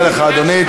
אני מודה לך, אדוני.